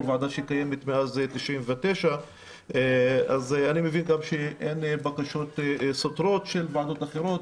ועדה שקיימת מאז 99 ואני מבין שאין בקשות סותרות של ועדות אחרות,